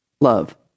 Love